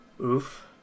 Oof